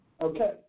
Okay